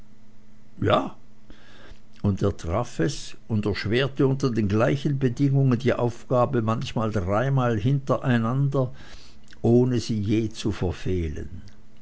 ja und er traf es und erschwerte unter den gleichen bedingungen die aufgabe manchmal dreimal hintereinander ohne sie je zu verfehlen